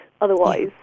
otherwise